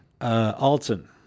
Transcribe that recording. Alton